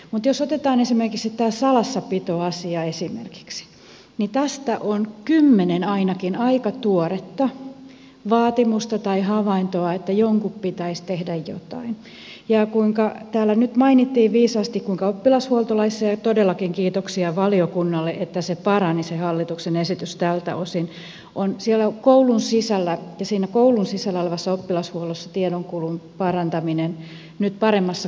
mutta jos otetaan esimerkiksi tämä salassapitoasia esimerkiksi niin tästä on ainakin kymmenen aika tuoretta vaatimusta tai havaintoa että jonkun pitäisi tehdä jotain ja täällä nyt mainittiin viisaasti kuinka oppilashuoltolaissa ja todellakin kiitoksia valiokunnalle että se hallituksen esitys parani tältä osin on siinä koulun sisällä olevassa oppilashuollossa tiedonkulun parantaminen nyt paremmassa kunnossa